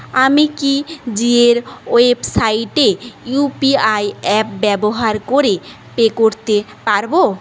আমি কি জীয়ের ওয়েবসাইটে ইউ পি আই অ্যাপ ব্যবহার করে পে করতে পারব